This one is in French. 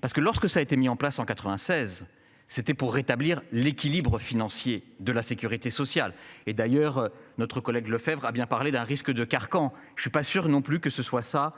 Parce que lorsque ça a été mis en place en 96, c'était pour rétablir l'équilibre financier de la Sécurité sociale. Et d'ailleurs notre collègue Lefèvre a bien parlé d'un risque de carcan. Je suis pas sûr non plus que ce soit ça